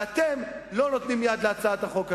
ואתם לא נותנים יד להצעת החוק הזאת.